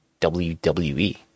WWE